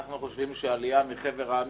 אנחנו חושבים שהעלייה מחבר העמים,